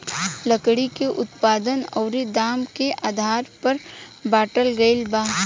लकड़ी के उत्पादन अउरी दाम के आधार पर बाटल गईल बा